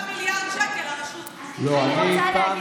אלה הם המשרתים, ברור שעדיף